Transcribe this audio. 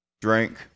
drink